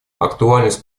актуальность